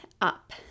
up